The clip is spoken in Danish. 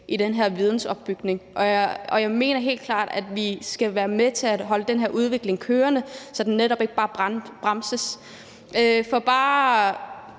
i den her vidensopbygning, og jeg mener helt klart, at vi skal være med til at holde den her udvikling kørende, så den netop ikke bare bremses. For bare